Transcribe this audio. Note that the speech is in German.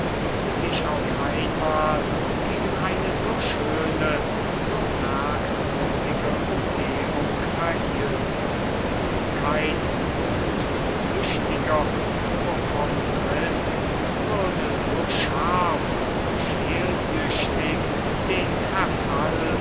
sie sich auf einmal gegen eine so schöne so merkwürdige umgebung verhielten kein selbstsüchtiger hypochondrist würde so scharf und scheelsüchtig den verfall